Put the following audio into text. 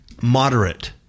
moderate